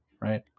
right